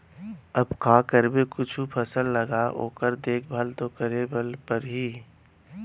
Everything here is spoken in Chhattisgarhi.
अब का करबे कुछु फसल लगा ओकर देखभाल तो करेच ल परही